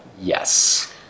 Yes